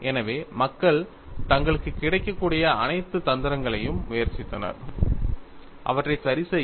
எனவே மக்கள் தங்களுக்கு கிடைக்கக்கூடிய அனைத்து தந்திரங்களையும் முயற்சித்தனர் அவற்றை சரிசெய்ய